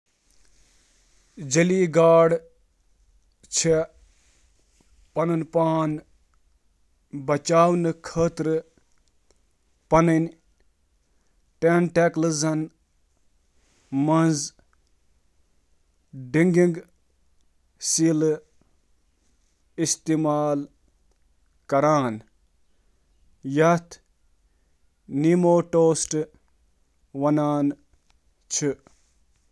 jelly fish چھِ پنُن پان بچاونہٕ تہٕ شکار رٹنہٕ خٲطرٕ پننٮ۪ن ٹینٹیکلَن منٛز نیماٹوسِسٹ نٲمی ڈنٛگنگ سیلہٕ استعمال کران: